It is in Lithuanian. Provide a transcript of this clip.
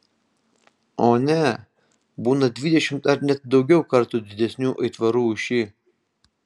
o ne būna dvidešimt ar net daugiau kartų didesnių aitvarų už šį